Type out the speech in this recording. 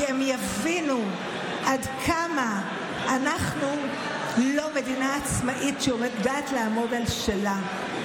כי הם יבינו עד כמה אנחנו לא מדינה עצמאית שיודעת לעמוד על שלה.